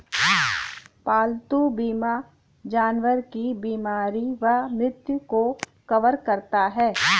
पालतू बीमा जानवर की बीमारी व मृत्यु को कवर करता है